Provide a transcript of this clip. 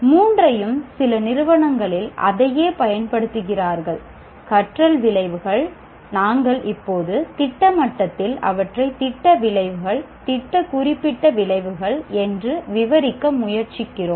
மூன்றையும் சில நிறுவனங்களில் அதையே பயன்படுத்துகிறார்கள் கற்றல் விளைவுகள் நாங்கள் இப்போது திட்ட மட்டத்தில் அவற்றை திட்ட விளைவுகள் திட்ட குறிப்பிட்ட விளைவுகள் என்று விவரிக்க முயற்சிக்கிறோம்